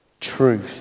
truth